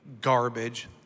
garbage